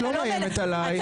את לא מאיימת עליי.